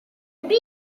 pre